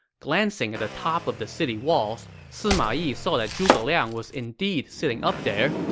glancing at the top of the city walls, sima yi saw that zhuge liang was indeed sitting up there,